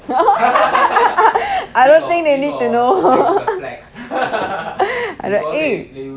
I don't think they need to know eh